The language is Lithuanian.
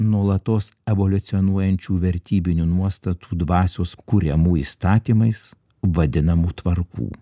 nuolatos evoliucionuojančių vertybinių nuostatų dvasios kuriamų įstatymais vadinamų tvarkų